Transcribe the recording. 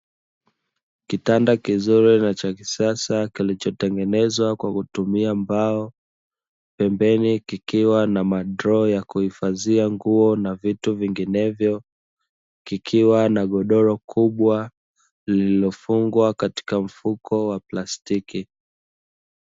Kitanda kizuri na chakisasa kilichotengenezwa kwa mbao, pembeni kikiwa na droo za kuhifadhia nguo pamoja na vitu vinginevyo kikiwa na godoro kubwa, lililofungwa katika mfuko wa plastiki.